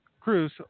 Cruz